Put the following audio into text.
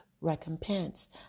recompense